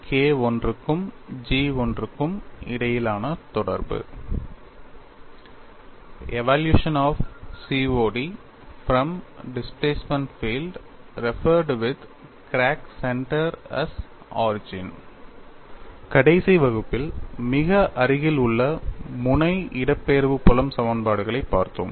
கடைசி வகுப்பில் மிக அருகில் உள்ள முனை இடப்பெயர்ச்சி புலம் சமன்பாடுகளைப் பார்த்தோம்